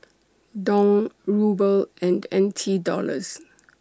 Dong Ruble and N T Dollars